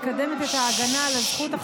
שמקדמת את ההגנה על הזכות החוקתית לפרטיות,